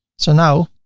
so now,